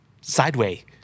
sideways